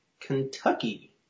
Kentucky